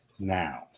Now